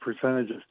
percentages